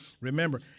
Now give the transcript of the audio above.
Remember